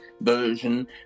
version